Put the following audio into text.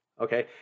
okay